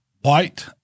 white